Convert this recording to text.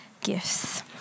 gifts